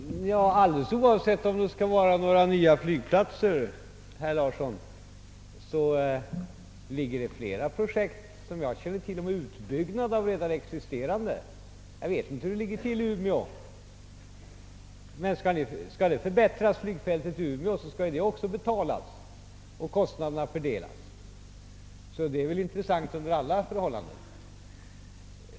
Herr talman! Alldeles oavsett om det skall vara några nya flygplatser, herr Larsson, känner jag till flera projekt om utbyggnad av redan existerande sådana. Jag vet inte hur det ligger till i Umeå, men om flygfältet där skall förbättras skall det också betalas och kostnaderna fördelas. Därför är det intressant under alla förhållanden.